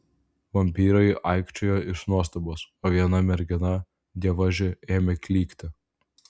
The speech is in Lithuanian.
vampyrai aikčiojo iš nuostabos o viena mergina dievaži ėmė klykti